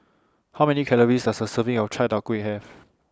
How Many Calories Does A Serving of Chai Tow Kuay Have